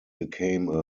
became